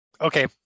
Okay